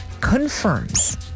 confirms